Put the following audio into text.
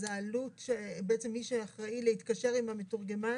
אז מי שאחראי להתקשר עם המתורגמן